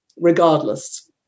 regardless